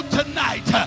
tonight